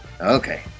Okay